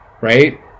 right